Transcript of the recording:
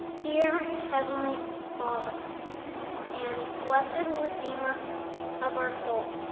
dear heavenly father and blessed ah redeemer of our souls,